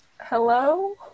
Hello